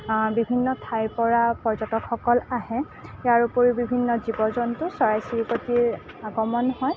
বিভিন্ন ঠাইৰপৰা পৰ্যটকসকল আহে ইয়াৰ উপৰিও বিভিন্ন জীৱ জন্তু চৰাই চিৰিকতিৰ আগমন হয়